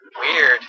Weird